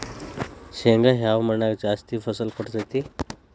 ಶೇಂಗಾ ಯಾವ ಮಣ್ಣಾಗ ಜಾಸ್ತಿ ಫಸಲು ಕೊಡುತೈತಿ?